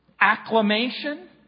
Acclamation